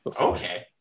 Okay